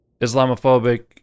islamophobic